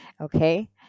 Okay